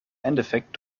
endeffekt